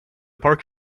park